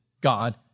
God